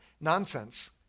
Nonsense